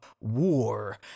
War